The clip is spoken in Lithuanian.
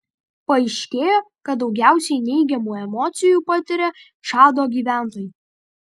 paaiškėjo kad daugiausiai neigiamų emocijų patiria čado gyventojai